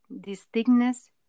distinctness